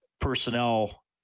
personnel